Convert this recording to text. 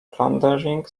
plundering